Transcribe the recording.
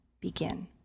begin